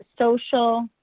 social